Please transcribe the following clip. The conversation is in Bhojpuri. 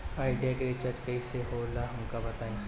आइडिया के रिचार्ज कईसे होला हमका बताई?